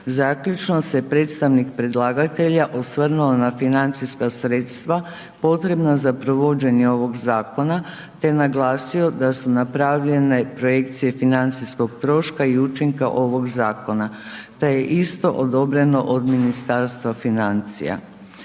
Zaključno se predstavnik predlagatelja osvrnu na financijska sredstva potrebna za provođenje ovog zakona te naglasio da su napravljene projekcije financijskog troška i učinka ovog zakona te je isto odobreno od Ministarstva financija.